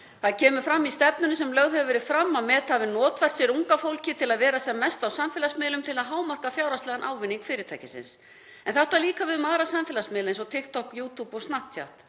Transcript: Það kemur fram í stefnunni sem lögð hefur verið fram að Meta hafi notfært sér unga fólkið til að vera sem mest á samfélagsmiðlum til að hámarka fjárhagslegan ávinning fyrirtækisins. En þetta á líka við um aðra samfélagsmiðla eins og TikTok, YouTube og Snapchat.